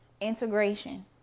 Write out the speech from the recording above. integration